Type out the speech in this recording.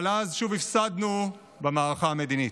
אבל אז שוב הפסדנו במערכה המדינית,